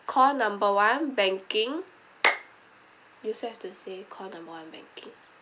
call number one banking you also have to say call number one banking